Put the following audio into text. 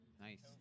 Nice